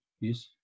Yes